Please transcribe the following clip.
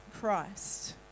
Christ